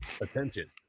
Attention